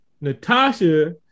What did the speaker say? natasha